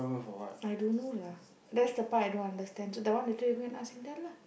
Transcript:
I don't know lah that's the part I don't understand so that one later you go and ask singtel lah